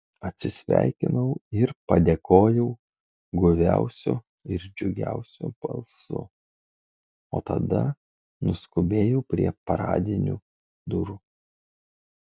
atsisveikinau ir padėkojau guviausiu ir džiugiausiu balsu o tada nuskubėjau prie paradinių durų